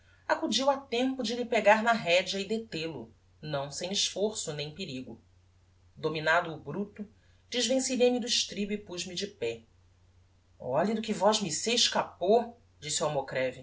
acudiu atempo de lhe pegar na redea e detel o não sem esforço nem perigo dominado o bruto desvencilhei me do estribo e puz-me de pé olhe do que vosmecê escapou disse o almocreve